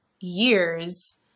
years